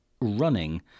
running